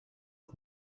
und